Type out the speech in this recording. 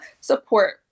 support